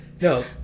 No